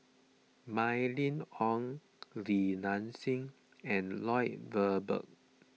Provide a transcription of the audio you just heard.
Mylene Ong Li Nanxing and Lloyd Valberg